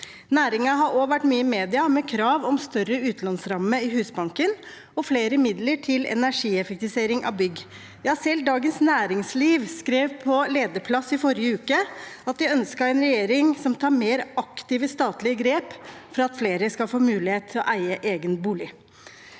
Næringen har også vært mye i media med krav om større utlånsramme i Husbanken og flere midler til energieffektivisering av bygg. Ja, selv Dagens Næringsliv skrev på lederplass i forrige uke at de ønsket en regjering som tar mer aktive statlige grep for at flere skal få mulighet til å eie egen bolig.